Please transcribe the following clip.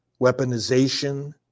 weaponization